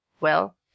Well